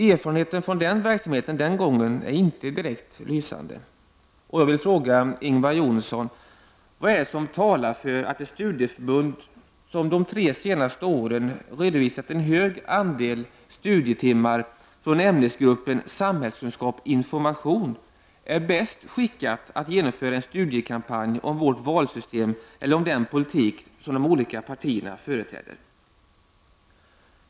Erfarenheten från verksamheten den gången är inte direkt lysande. Och jag vill fråga Ingvar Jonsson: Vad är det som talar för att det studieförbund som de tre senaste åren redovisat en hög andel studietimmar från ämnesgruppen ”samhällkunskap, information” är bäst skickat att genomföra en studiekampanj om vårt valsystem eller om den politik de olika partierna företräder?